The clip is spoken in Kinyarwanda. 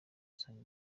usanga